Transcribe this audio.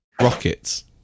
rockets